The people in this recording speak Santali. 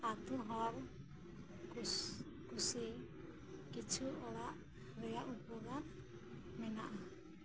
ᱟᱛᱩ ᱦᱚᱲ ᱠᱩ ᱠᱩᱥᱤᱭᱟᱜ ᱠᱤᱪᱷᱩ ᱚᱲᱟᱜ ᱨᱮᱭᱟᱜ ᱩᱯᱚᱠᱟᱨ ᱢᱮᱱᱟᱜᱼᱟ